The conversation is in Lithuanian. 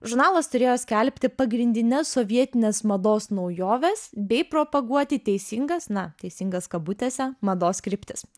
žurnalas turėjo skelbti pagrindines sovietinės mados naujoves bei propaguoti teisingas na teisingas kabutėse mados kryptis